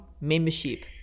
membership